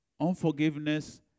Unforgiveness